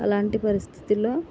అలాంటి పరిస్థితిలో